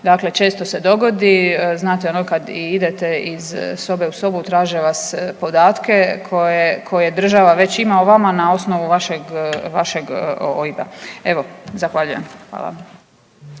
Dakle, često se dogodi znate ono kad idete iz sobe u sobu traže vas podatke koje, koje država već ima o vama na osnovu vašeg, vašeg OIB-a. Evo, zahvaljujem, hvala.